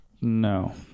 no